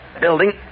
building